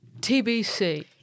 TBC